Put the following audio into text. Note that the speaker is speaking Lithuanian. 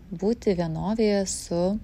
būti vienovėje su